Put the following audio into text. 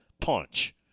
punch